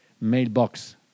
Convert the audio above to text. mailbox